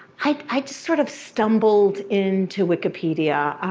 i've sort of stumbled into wikipedia.